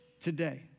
today